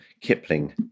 kipling